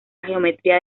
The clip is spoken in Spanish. geometría